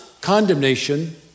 condemnation